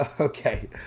Okay